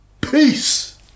Peace